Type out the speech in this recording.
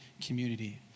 community